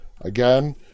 Again